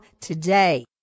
today